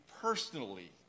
personally